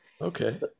Okay